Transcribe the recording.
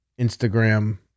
Instagram